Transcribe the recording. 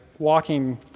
walking